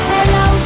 Hello